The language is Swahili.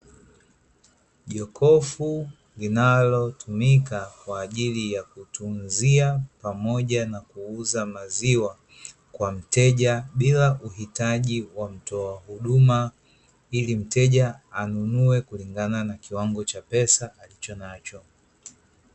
Jokofu linalotumika kwa ajili kutunzia pamoja na kuuza maziwa, kwa mteja bila uhitaji wa mtoa huduma, ili mteja anunue kutokana na kiwango cha pesa alichonacho.